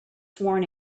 sworn